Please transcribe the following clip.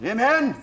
Amen